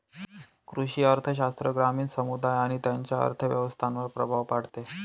कृषी अर्थशास्त्र ग्रामीण समुदाय आणि त्यांच्या अर्थव्यवस्थांवर प्रभाव पाडते